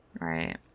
Right